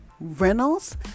Reynolds